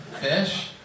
fish